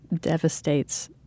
devastates